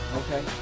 okay